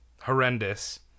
horrendous